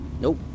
Nope